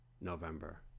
november